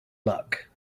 luck